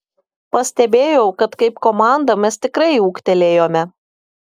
pastebėjau kad kaip komanda mes tikrai ūgtelėjome